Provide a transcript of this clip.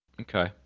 Okay